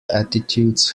attitudes